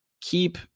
keep